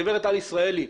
גברת ישראלי,